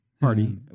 Party